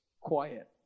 quiet